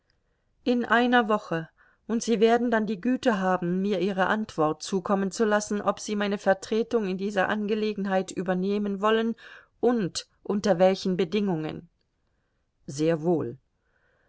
in einer woche und sie werden dann die güte haben mir ihre antwort zukommen zu lassen ob sie meine vertretung in dieser angelegenheit übernehmen wollen und unter welchen bedingungen sehr wohl